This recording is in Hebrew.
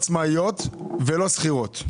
שהן לא נקראות לא עצמאיות ולא שכירות.